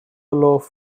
loaf